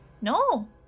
no